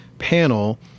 panel